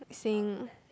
saying